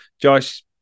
Josh